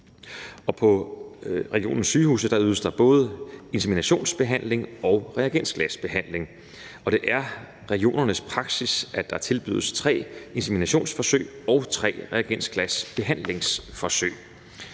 på regionens sygehuse ydes der både inseminationsbehandling og reagensglasbehandling, og det er regionernes praksis, at der tilbydes tre inseminationforsøg og tre reagensglasbehandlingsforsøg.